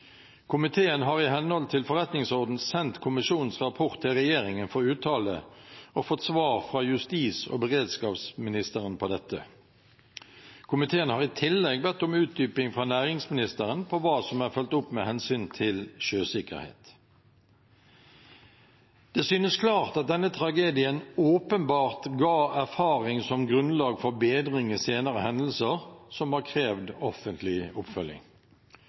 Komiteen har i henhold til forretningsordenen sendt kommisjonens rapport til regjeringen for uttale og fått svar fra justis- og beredskapsministeren på dette. Komiteen har i tillegg bedt om utdyping fra næringsministeren på hva som er fulgt opp med hensyn til sjøsikkerhet. Det synes klart at denne tragedien åpenbart ga erfaring som grunnlag for bedring i senere hendelser som har krevd offentlig oppfølging.